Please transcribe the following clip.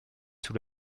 sous